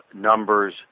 numbers